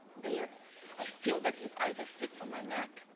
there, i feel that his eyes are fixed on my neck,